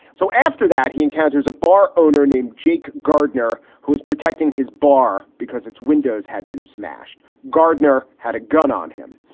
so after that, he encounters a bar owner named jake gardner, who is protecting his bar because its windows had been smashed. gardner had a gun on him.